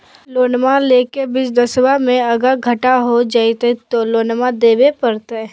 लोनमा लेके बिजनसबा मे अगर घाटा हो जयते तो लोनमा देवे परते?